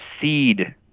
seed